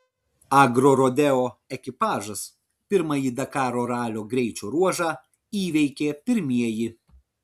agrorodeo ekipažas pirmąjį dakaro ralio greičio ruožą įveikė pirmieji